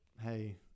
hey